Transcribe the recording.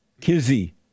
Kizzy